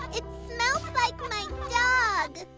it smells like my dog!